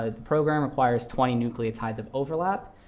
ah the program requires twenty nucleotides of overlap.